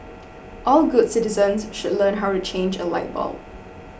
all good citizens should learn how to change a light bulb